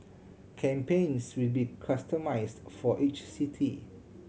campaigns will be customised for each city